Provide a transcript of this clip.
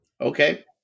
Okay